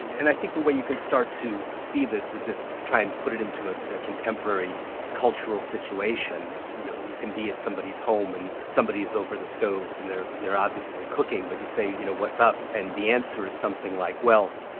and i think the way you can start to see this is if we try and put it into a contemporary cultural situation. you know you can be at somebody's home, and somebody's over the stove and they're they're obviously cooking, but you say you know what's up? and the answer is something like, well,